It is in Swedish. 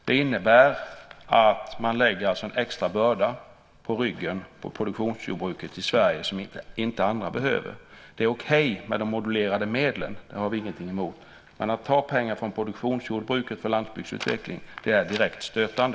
Det innebär alltså att man lägger en extra börda på produktionsjordbruket i Sverige, något som andra inte behöver bära. Det är okej med de modulerade medlen - dem har vi ingenting emot - men att ta pengar från produktionsjordbruket för landsbygdsutveckling är direkt stötande.